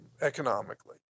economically